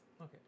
Okay